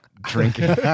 drinking